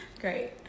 Great